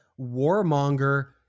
warmonger